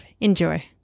Enjoy